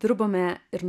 dirbome ir